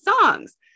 songs